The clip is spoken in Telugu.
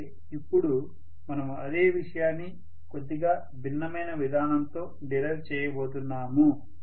అయితే ఇప్పుడు మనము అదే విషయాన్ని కొద్దిగా భిన్నమైన విధానంతో డిరైవ్ చేయబోతున్నాము